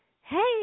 hey